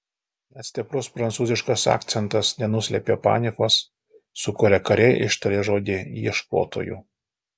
net stiprus prancūziškas akcentas nenuslėpė paniekos su kuria karė ištarė žodį ieškotojų